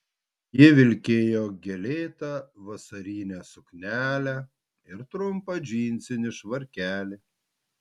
ji vilkėjo gėlėtą vasarinę suknelę ir trumpą džinsinį švarkelį